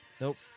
Nope